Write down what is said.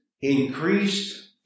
increased